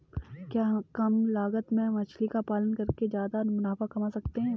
क्या कम लागत में मछली का पालन करके ज्यादा मुनाफा कमा सकते हैं?